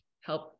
help